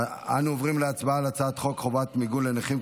אנו עוברים להצבעה על הצעת חוק חובת מיגון לנכים,